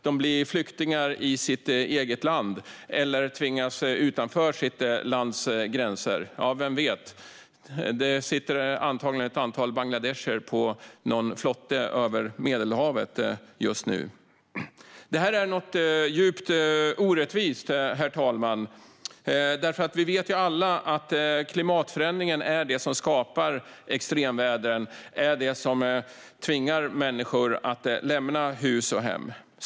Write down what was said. De blir flyktingar i sitt eget land eller tvingas utanför sitt lands gränser, vem vet. Det sitter antagligen några bangladeshier på någon flotte över Medelhavet just nu. Herr talman! Detta är något djupt orättvist. Vi vet alla att det är klimatförändringen som är det som skapar extremväder och det som tvingar människor att lämna hus och hem.